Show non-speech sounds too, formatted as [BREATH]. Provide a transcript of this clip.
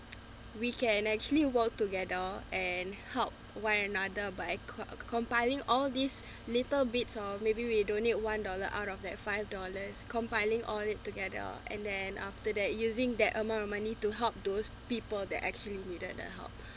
we can actually work together and help one another by com~ compiling all these little bits or maybe we donate one dollar out of that five dollars compiling all it together and then after that using that amount of money to help those people that actually needed the help [BREATH]